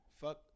Fuck